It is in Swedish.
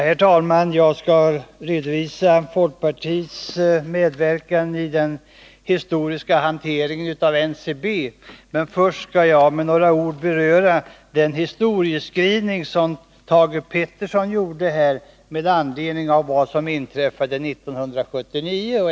Herr talman! Jag skall redovisa folkpartiets medverkan i den historiska hanteringen av NCB. Men först vill jag med några ord beröra den historieskrivning som Thage Peterson gjorde här med anledning av vad som inträffade 1979.